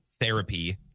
therapy